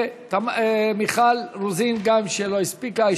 ומיכל רוזין שגם לא הספיקה.